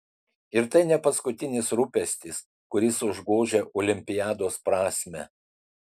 ir tai ne paskutinis rūpestis kuris užgožia olimpiados prasmę